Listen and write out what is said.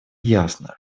ясно